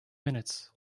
minutes